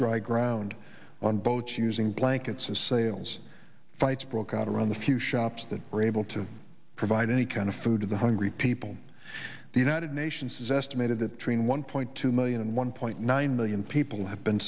ground on boats using blankets as sales fights broke out around the few shops that were able to provide any kind of food to the hungry people the united nations has estimated that between one point two million and one point nine million people have been